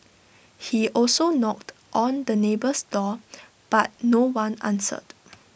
he also knocked on the neighbour's door but no one answered